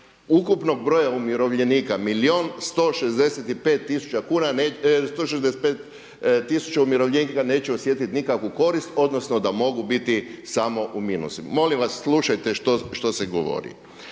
ukupnog broja umirovljenika milijun 165 tisuća umirovljenika neće osjetiti nikakvu korist odnosno da mogu biti smo u minusu. Molim vas slušajte što se govori.